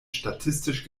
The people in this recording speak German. statistisch